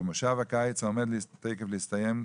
במושב הקיץ העומד להסתיים תיכף,